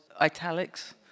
italics